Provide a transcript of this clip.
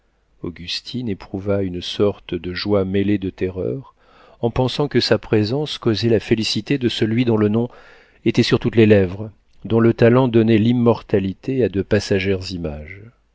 augustine éprouva une sorte de joie mêlée de terreur en pensant que sa présence causait la félicité de celui dont le nom était sur toutes les lèvres dont le talent donnait l'immortalité à de passagères images